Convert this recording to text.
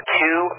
two